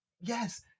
Yes